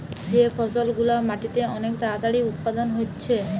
যে ফসল গুলা মাটিতে অনেক তাড়াতাড়ি উৎপাদন হচ্ছে